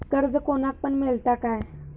कर्ज कोणाक पण मेलता काय?